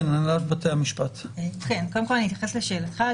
בהתייחס לשאלתך,